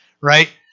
right